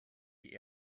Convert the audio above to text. die